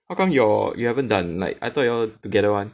how come your you haven't done I thought you all together [one]